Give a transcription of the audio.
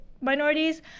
minorities